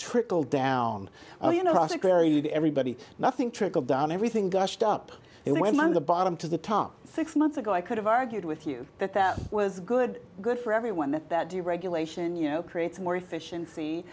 trickle down to everybody nothing trickle down everything gushed up it went on the bottom to the top six months ago i could have argued with you that that was good good for everyone that that deregulation you know creates more efficiency